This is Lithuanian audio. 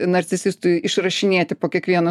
narcisistui išrašinėti po kiekvieno